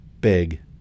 big